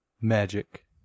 Magic